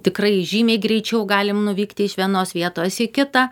tikrai žymiai greičiau galim nuvykti iš vienos vietos į kitą